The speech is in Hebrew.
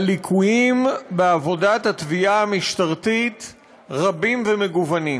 הליקויים בעבודת התביעה המשטרתית רבים ומגוונים.